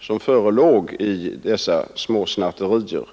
som föreligger vid dessa småsnatterier.